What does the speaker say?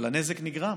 אבל הנזק נגרם.